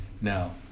now